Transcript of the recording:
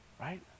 right